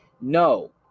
no